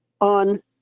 on